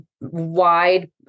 wide